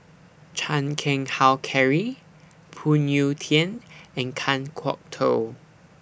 Chan Keng Howe Karry Phoon Yew Tien and Kan Kwok Toh